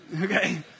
Okay